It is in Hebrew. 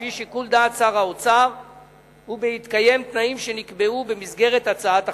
לפי שיקול דעת שר האוצר ובהתקיים תנאים שנקבעו במסגרת הצעת החוק.